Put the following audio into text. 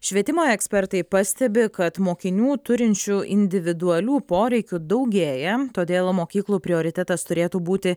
švietimo ekspertai pastebi kad mokinių turinčių individualių poreikių daugėja todėl mokyklų prioritetas turėtų būti